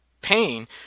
pain